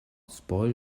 spoil